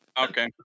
Okay